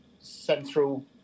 central